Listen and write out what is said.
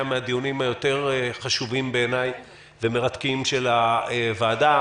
מהדיונים היותר חשובים בעיניי ומרתקים של הוועדה.